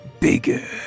bigger